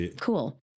Cool